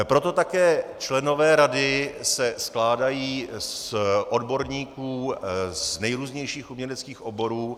Proto se také členové rady skládají z odborníků z nejrůznějších uměleckých oborů.